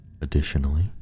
Additionally